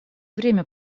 время